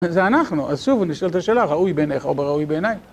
זה אנחנו. אז שוב, ונשאל את השאלה, ראוי בעינייך, או ראוי בעיני.